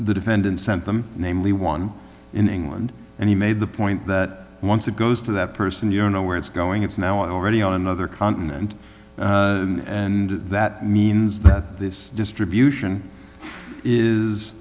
the defendant sent them namely one in england and he made the point that once it goes to that person you're no where it's going it's now already on another continent and that means that this distribution is